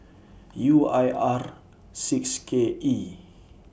U I R six K E